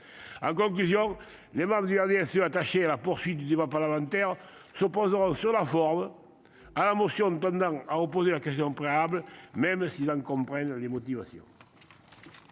En conclusion, les membres du groupe RDSE, attachés à la poursuite du débat parlementaire, s'opposeront, sur la forme, à la motion tendant à opposer la question préalable, même s'ils en comprennent les motivations.